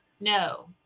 no